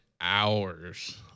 hours